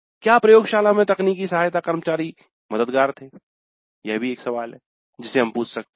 क्या प्रयोगशाला में तकनीकी सहायता कर्मचारी मददगार थे यह भी एक और सवाल है जिसे हम पूछ सकते हैं